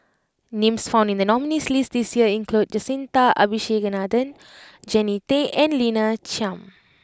names found in the nominees' list this year include Jacintha Abisheganaden Jannie Tay and Lina Chiam